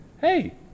hey